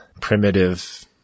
primitive